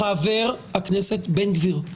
חבר הכנסת בן גביר,